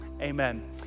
Amen